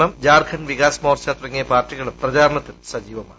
L Jharkhand Vikas Morcha തുടങ്ങിയ പാർട്ടികളും പ്രചാരണത്തിൽ സിജ്ജീവ്മാണ്